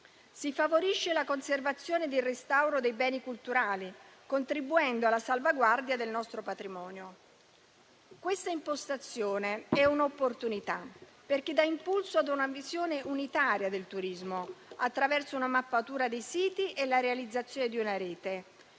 si favorisce la conservazione del restauro dei beni culturali, contribuendo alla salvaguardia del nostro patrimonio. Questa impostazione è un'opportunità, perché dà impulso ad una visione unitaria del turismo attraverso una mappatura dei siti e la realizzazione di una rete.